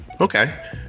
okay